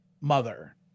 mother